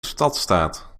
stadstaat